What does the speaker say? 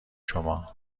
شما